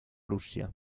russia